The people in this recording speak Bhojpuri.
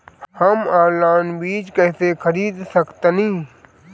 हम ऑनलाइन बीज कईसे खरीद सकतानी?